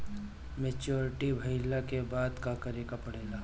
Maturity भईला के बाद का करे के पड़ेला?